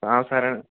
సరే